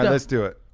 let's do it.